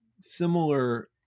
similar